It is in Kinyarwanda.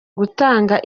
gutanga